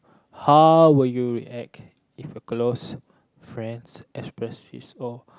how would you react if your close friend express is O